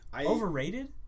Overrated